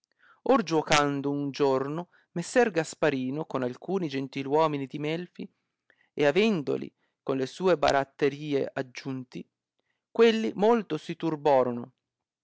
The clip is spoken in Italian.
or giuocando un giorno messer gasparino con alcuni gentiluomini di melfi e avendoli con sue baratterie aggiunti quelli molto si turborono